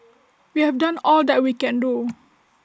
we have done all that we can do